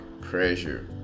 pressure